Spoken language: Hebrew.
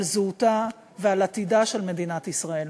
על זהותה ועל עתידה של מדינת ישראל.